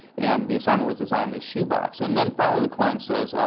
and the assignment was design this shoebox, and then finally, the client says,